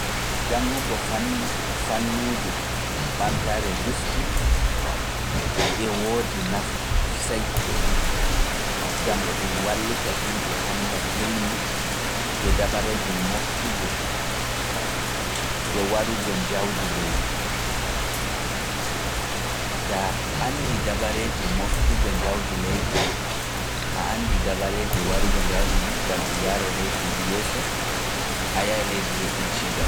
Janngugo fannuuji ɓamtaare risku e woodi nafuso sey, gam e ɗum wallita himɓe annda ilmu e dabareeji moftugo e warugo jawdi leydi.